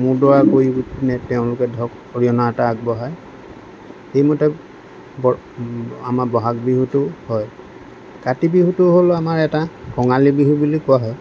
মূৰ দোৱা কৰি তেওঁলোকে ধৰক অৰিহণা এটা আগবঢ়ায় সেই মতে আমাৰ বহাগ বিহুটো হয় কাতি বিহুটো হ'ল আমাৰ এটা কঙালী বিহু বুলি কোৱা হয়